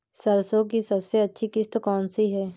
सरसो की सबसे अच्छी किश्त कौन सी है?